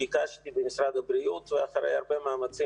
ביקשתי במשרד הבריאות ואחרי הרבה מאמצים